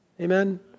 Amen